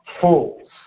fools